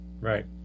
Right